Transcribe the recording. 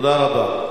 תודה רבה.